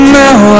now